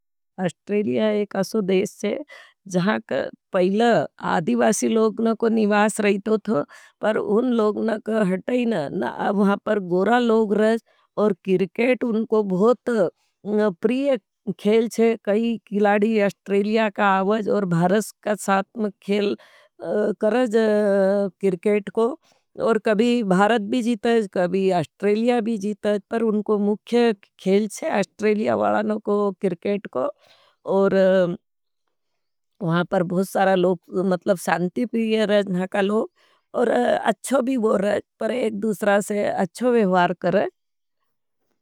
अस्ट्रेलिया एक असो देश चे, जहांक पहले आदिवासी लोगनों को निवास रहतो थो, पर उन लोगनों को हटई नहीं, वहाँ पर गोरा लोग रहेज़। और किरकेट उनको बहुत प्रीए खेल चे। कई खिलाड़ी ऑस्ट्रेलिया का आवज़। और भारत का साथ मा खेल करज क्रिकेट को। और भारत भी जीत थे, कभी अस्ट्रेलिया भी जीतज। पर उनको मुख्य खेल चे अस्ट्रेलिया वाडानों को किरकेट को, और वहाँ पर बहुत सारा लोग, मतलब सांटी परीय हैं रहेज़। आच्छो भी वो रहेज़, पर एक दूसरा से अच्छो वेवार करेज़।